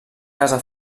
casa